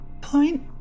point